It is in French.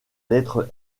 lettre